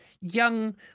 young